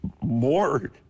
more